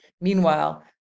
Meanwhile